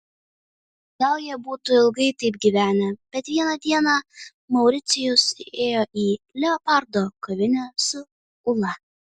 gal jie būtų ilgai taip gyvenę bet vieną dieną mauricijus įėjo į leopoldo kavinę su ula